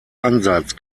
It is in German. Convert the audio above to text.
ansatz